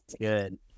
good